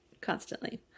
constantly